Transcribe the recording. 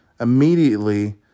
immediately